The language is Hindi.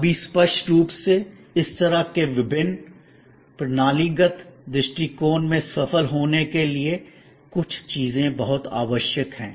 अभी स्पष्ट रूप से इस तरह के अभिन्न प्रणालीगत दृष्टिकोण में सफल होने के लिए कुछ चीजें बहुत आवश्यक हैं